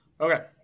Okay